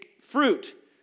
fruit